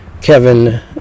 Kevin